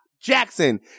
Jackson